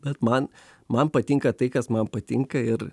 bet man man patinka tai kas man patinka ir